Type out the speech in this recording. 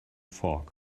fog